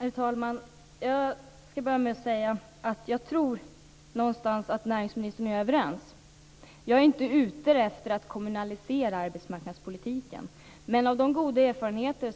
Herr talman! Jag skall börja med att säga att jag tror att näringsministern och jag är överens. Jag är inte ute efter att kommunalisera arbetsmarknadspolitiken, men vi kan ändå se goda erfarenheter